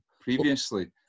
previously